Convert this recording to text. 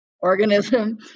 organism